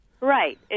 Right